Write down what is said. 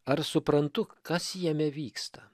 ar suprantu kas jame vyksta